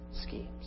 schemes